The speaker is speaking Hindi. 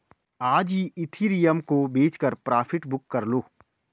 आज ही इथिरियम को बेचकर प्रॉफिट बुक कर लो